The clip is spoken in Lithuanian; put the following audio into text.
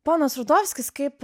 ponas rudovskis kaip